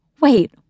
Wait